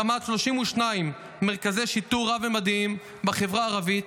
הקמת 32 מרכזי שיטור רב-ממדיים בחברה הערבית,